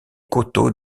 coteaux